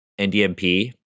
NDMP